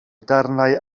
darnau